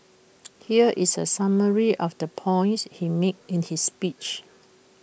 here is A summary of the points he made in his speech